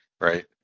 right